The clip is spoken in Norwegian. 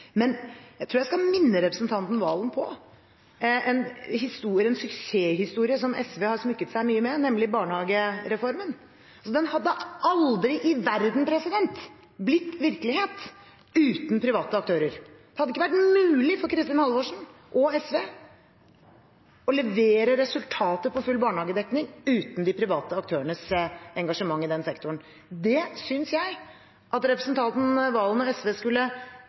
Jeg tror jeg skal minne representanten Serigstad Valen på en suksesshistorie som SV har smykket seg mye med, nemlig barnehagereformen. Den hadde aldri i verden blitt virkelighet uten private aktører – det hadde ikke vært mulig for Kristin Halvorsen og SV å levere resultater på full barnehagedekning uten de private aktørenes engasjement i den sektoren. Det synes jeg at representanten Serigstad Valen og SV skulle